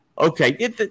Okay